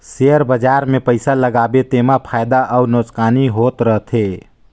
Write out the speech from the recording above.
share बजार मे पइसा लगाबे तेमा फएदा अउ नोसकानी होत रहथे